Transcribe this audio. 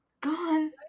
Gone